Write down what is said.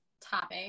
topic